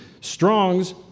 Strong's